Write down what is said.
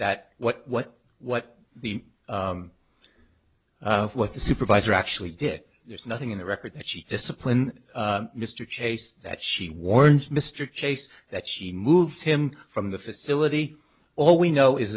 that what what what the what the supervisor actually did there's nothing in the record that she disciplined mr chase that she warned mr chase that she moved him from the facility all we know is